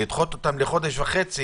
לדחות אותם בחודש וחצי